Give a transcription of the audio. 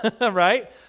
right